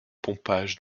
pompage